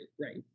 right